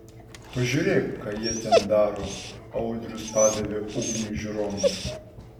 pažiūrėk ką jie ten daro audrius padavė ugniui žiūronus